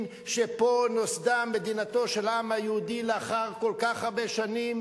שפה נוסדה מדינתו של העם היהודי לאחר כל כך הרבה שנים,